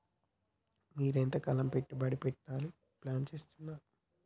మీరు ఎంతకాలం పెట్టుబడి పెట్టాలని ప్లాన్ చేస్తున్నారు?